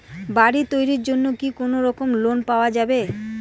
বাড়ি তৈরির জন্যে কি কোনোরকম লোন পাওয়া যাবে?